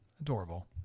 adorable